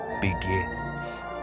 begins